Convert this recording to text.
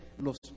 los